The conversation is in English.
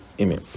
Amen